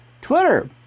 Twitter